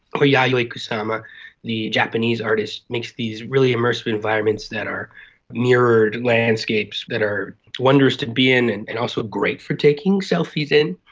or yayoi kusama the japanese artist makes these really immersive environments that are mirrored landscapes that are wondrous to be in and and also great for taking selfies in.